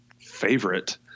favorite